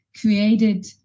created